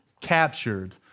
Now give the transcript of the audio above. captured